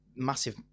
Massive